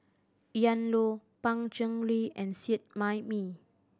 Ian Loy Pan Cheng Lui and Seet Ai Mee